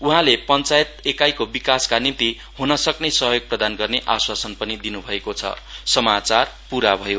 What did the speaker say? उहाँले पञ्चायत एकाईको विकासका निम्ति हनसक्ने सहयोग प्रदान गर्न आस्वासन पनि दिन् भयो